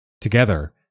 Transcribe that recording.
Together